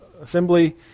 assembly